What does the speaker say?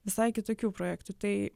visai kitokių projektų tai